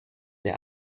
der